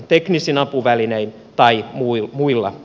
teknisin apuvälinein tai muulla tavoin